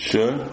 Sure